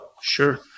Sure